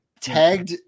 tagged